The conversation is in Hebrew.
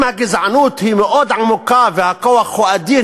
אם הגזענות היא מאוד עמוקה והכוח הוא אדיר,